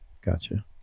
Gotcha